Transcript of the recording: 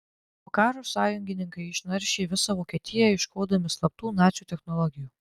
po karo sąjungininkai išnaršė visą vokietiją ieškodami slaptų nacių technologijų